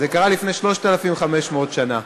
זה קרה לפני 3,500 שנה.